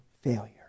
failure